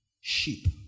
sheep